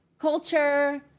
culture